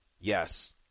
yes